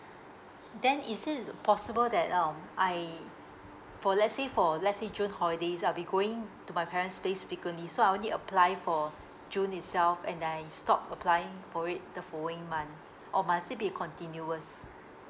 then is it possible that um I for let's say for let's say june holidays lah we going to my parents place frequently so I only apply for june itself and then I stop applying for it the following month or must it be continuous